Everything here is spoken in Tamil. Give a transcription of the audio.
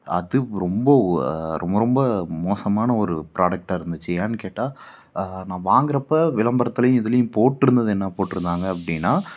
அது ரொம்ப ரொம்ப ரொம்ப மோசமான ஒரு ப்ராடெக்டா இருந்துச்சு ஏன்னு கேட்டால் நான் வாங்கிறப்ப விளம்பரத்துலேயும் இதுலேயும் போட்டுருந்தது என்ன போட்டுருந்தாங்க அப்படின்னா